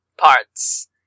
parts